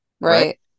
Right